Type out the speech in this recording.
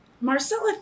Marcella